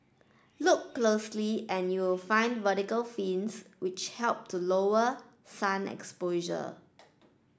look closely and you'll find vertical fins which help to lower sun exposure